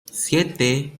siete